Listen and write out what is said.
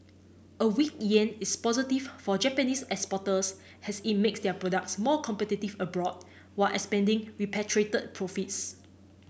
a weak yen is positive for Japanese exporters as it makes their products more competitive abroad while expanding repatriated profits